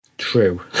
true